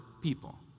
people